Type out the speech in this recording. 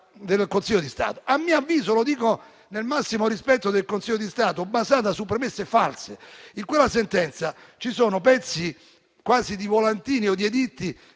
del Consiglio di Stato, basata a mio avviso - lo dico nel massimo rispetto del Consiglio di Stato - su premesse false. In quella sentenza ci sono pezzi quasi di volantini o di editti